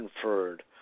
conferred